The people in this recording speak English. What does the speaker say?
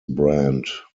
brand